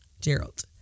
Gerald